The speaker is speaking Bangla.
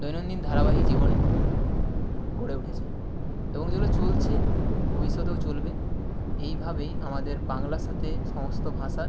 দৈনন্দিন ধারাবাহিক জীবনে গড়ে উঠেছে এবং এগুলো চলছে ভবিষ্যতেও চলবে এইভাবেই আমাদের বাংলার সাথে সমস্ত ভাষার